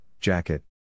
jacket